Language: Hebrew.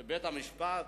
שבית-המשפט,